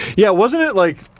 yeah, wasn't it, like,